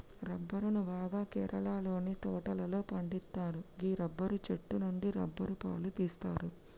రబ్బరును బాగా కేరళలోని తోటలలో పండిత్తరు గీ రబ్బరు చెట్టు నుండి రబ్బరు పాలు తీస్తరు